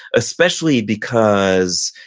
especially because,